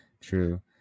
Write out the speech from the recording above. True